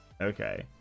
Okay